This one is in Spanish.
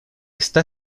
está